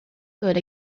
good